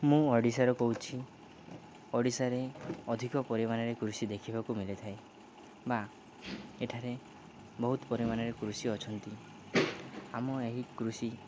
ମୁଁ ଓଡ଼ିଶାର କହୁଛି ଓଡ଼ିଶାରେ ଅଧିକ ପରିମାଣରେ କୃଷି ଦେଖିବାକୁ ମିିଲିଥାଏ ବା ଏଠାରେ ବହୁତ ପରିମାଣରେ କୃଷି ଅଛନ୍ତି ଆମ ଏହି କୃଷି